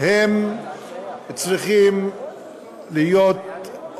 הם צריכים להיות,